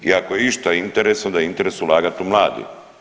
I ako je išta interes, onda je interes ulagati u mlade.